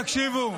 חברים, תקשיבו.